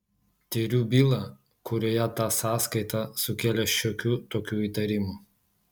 tiriu bylą kurioje ta sąskaita sukėlė šiokių tokių įtarimų